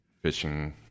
fishing